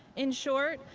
in short,